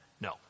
No